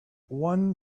one